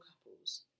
couples